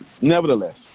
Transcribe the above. nevertheless